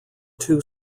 two